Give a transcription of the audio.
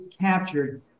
captured